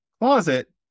closet